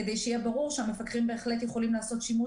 כדי שיהיה ברור שהמפקחים בהחלט יכולים לעשות שימוש